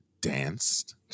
danced